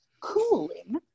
cooling